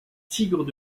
tigres